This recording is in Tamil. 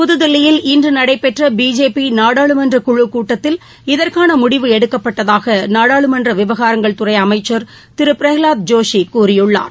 புதுதில்லியில் இன்று நடைபெற்ற பிஜேபி நாடாளுமன்ற குழுக் கூட்டத்தில் இதற்கான முடிவு எடுக்கப்பட்டதாக நாடாளுமன்ற விவகாரங்கள் துறை அமைச்சர் திரு பிரஹலாத் ஜோஷி கூறியுள்ளார்